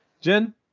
Jen